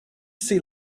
see